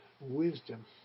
wisdom